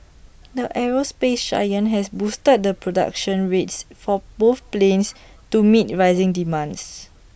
the aerospace giant has boosted the production rates for both planes to meet rising demands